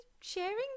sharing